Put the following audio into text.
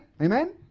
Amen